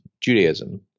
Judaism